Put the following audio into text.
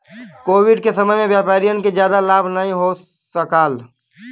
Covid के समय में व्यापारियन के जादा लाभ नाहीं हो सकाल